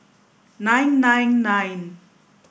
nine nine nine